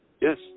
yes